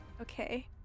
Okay